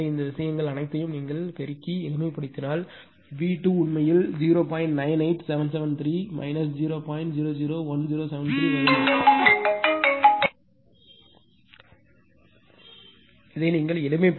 எனவே இந்த விஷயங்கள் அனைத்தையும் நீங்கள் பெருக்கி எளிமைப்படுத்தினால் V2 உண்மையில் 0